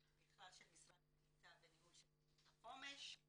בכלל של משרד הקליטה בניהול תכנית החומש,